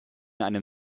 einem